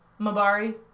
Mabari